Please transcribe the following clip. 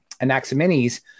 Anaximenes